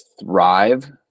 thrive